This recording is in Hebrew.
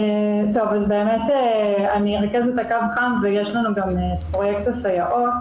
אני רכזת הקו החם ויש לנו גם פרויקט הסייעות